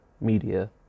Media